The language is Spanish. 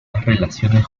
relaciones